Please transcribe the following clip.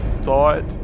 thought